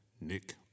nick